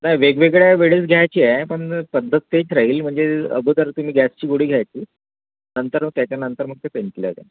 नाही वेगवेगळ्या वेळेस घ्यायची आहे पण पद्धत तेच राहील म्हणजे अगोदर तुम्ही गॅसची गोळी घ्यायची नंतर त्याच्यानंतर मग ते पेनकिलर घ्या